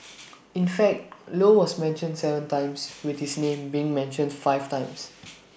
in fact low was mentioned Seven times with his name being mentioned five times